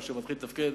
או שמתחיל לתפקד.